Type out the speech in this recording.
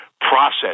process